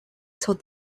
told